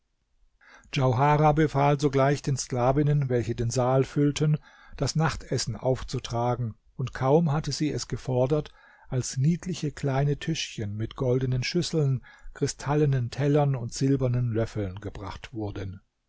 djauharah befahl sogleich den sklavinnen welche den saal füllten das nachtessen aufzutragen und kaum hatte sie es gefordert als niedliche kleine tischchen mit goldenen schüsseln kristallenen tellern und silbernen löffeln gebracht wurden